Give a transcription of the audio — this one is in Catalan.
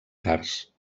cars